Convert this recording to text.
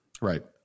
Right